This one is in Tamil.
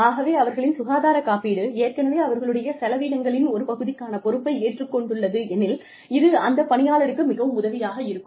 ஆகவே அவர்களின் சுகாதார காப்பீடு ஏற்கனவே அவர்களுடைய செலவினங்களின் ஒரு பகுதிக்கான பொறுப்பை ஏற்று கொண்டுள்ளதெனில் இது அந்த பணியாளருக்கு மிகவும் உதவியாக இருக்கும்